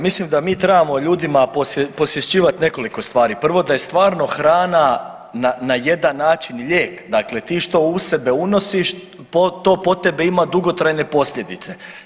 Mislim da mi trebamo ljudima posvješćivat nekoliko stvari, prvo da je stvarno hrana na jedan način lijek, dakle ti što u sebe unosiš to po tebe ima dugotrajne posljedice.